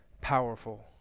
powerful